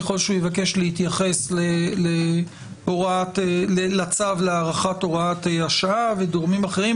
ככל שהוא יבקש להתייחס לצו להארכת הוראת השעה וגורמים אחרים,